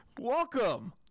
welcome